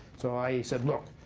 so i said, look,